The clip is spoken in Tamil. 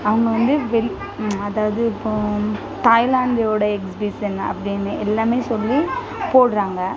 அவங்க வந்து வெளி அதாவது இப்போது தாய்லாந்தோட எக்ஸ்பிஷன் அப்படின்னு எல்லாமே சொல்லி போடுறாங்க